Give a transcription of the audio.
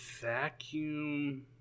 vacuum